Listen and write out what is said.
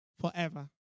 forever